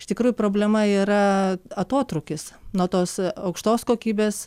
iš tikrųjų problema yra atotrūkis nuo tos aukštos kokybės